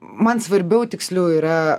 man svarbiau tiksliau yra